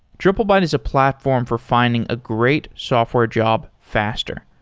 triplebyte is a platform for finding a great software job faster.